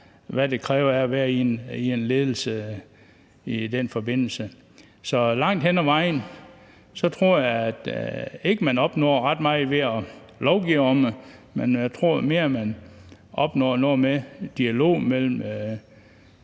der er, ved at være i en ledelse i den forbindelse. Så langt hen ad vejen tror jeg ikke, man opnår meget ved at lovgive om det; jeg tror mere, man opnår noget med dialog med